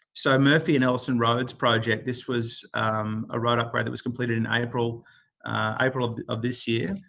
so, murphy and ellison roads project, this was a road upgrade that was completed in april april ah of this year.